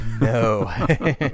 No